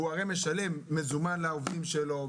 הוא הרי משלם מזומן לעובדים שלו,